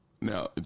now